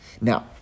Now